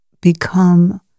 become